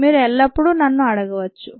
మీరు ఎల్లప్పుడూ నన్ను అడగవచ్చు